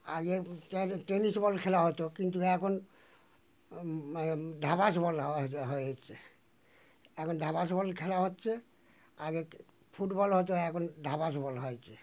আগে tennis ball খেলা হতো কিন্তু এখন ধাবাস বল হয়ে হয়েছে এখন ধাবাস বল খেলা হচ্ছে আগে ফুটবল হতো এখন ঢাবাস বল হয়েছে